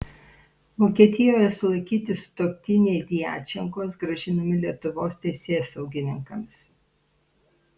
vokietijoje sulaikyti sutuoktiniai djačenkos grąžinami lietuvos teisėsaugininkams